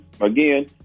again